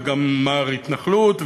וגם מר התנחלות,